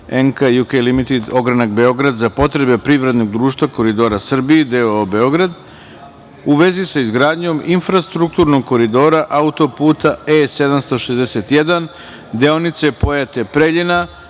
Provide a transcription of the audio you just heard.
UK Limited Ogranak Beograd za potrebe privrednog društva „Koridori Srbije“ d.o.o. Beograd u vezi sa izgradnjom infrastrukturnog koridora autoputa E-761 deonice Pojate-Preljina